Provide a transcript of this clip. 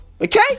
Okay